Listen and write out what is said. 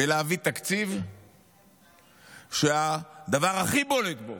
בלהביא תקציב שהדבר הכי בולט בו